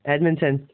Edmonton